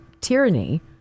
tyranny